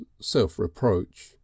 self-reproach